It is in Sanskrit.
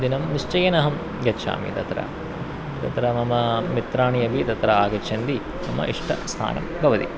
दिनं निश्चयेन अहं गच्छामि तत्र तत्र मम मित्राणि अपि तत्र आगच्छन्ति मम इष्टस्थानं भवति